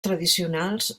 tradicionals